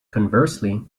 conversely